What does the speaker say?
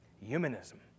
Humanism